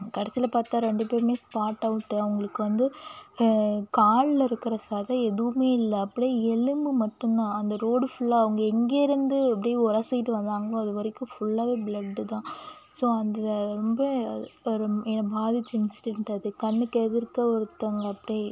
கடைசியில் பார்த்தா ரெண்டு பேருமே ஸ்பாட் அவுட்டு அவங்களுக்கு வந்து காலில் இருக்கிற சதை எதுவுமே இல்லை அப்படியே எலும்பு மட்டும் தான் அந்த ரோடு ஃபுல்லா அவங்க எங்கேயிருந்து அப்படியே உரசிட்டு வந்தாங்களோ அது வரைக்கும் ஃபுல்லாகவே ப்ளட்டு தான் ஸோ அந்த அது ரொம்ப ஒரு என்ன பாதித்த இன்சிடென்ட் அது கண்ணுக்கு எதிர்க்க ஒருத்தவங்க அப்படியே